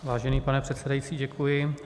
Vážený pane předsedající, děkuji.